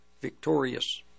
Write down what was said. victorious